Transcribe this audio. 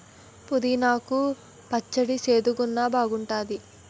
పుదీనా కు పచ్చడి సేదుగున్నా బాగేఉంటాది